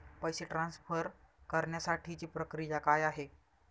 पैसे ट्रान्सफर करण्यासाठीची प्रक्रिया काय आहे?